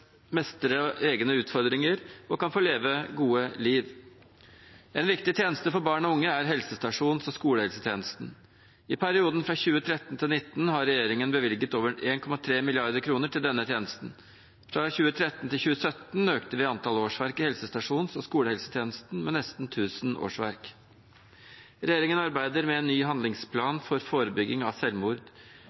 egne utfordringer og kan få leve et godt liv. En viktig tjeneste for barn og unge er helsestasjonen og skolehelsetjenesten. I perioden fra 2013 til 2019 har regjeringen bevilget over 1,3 mrd. kr til denne tjenesten. Fra 2013 til 2017 økte vi antallet årsverk i helsestasjons- og skolehelsetjenesten med nesten 1 000 årsverk. Regjeringen arbeider med en ny handlingsplan for forebygging av selvmord.